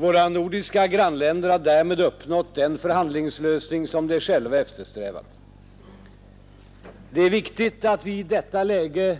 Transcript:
Våra nordiska grannländer har därmed uppnått den förhandlingslösning som de själva eftersträvat. Det är viktigt att vi i detta läge